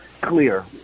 clear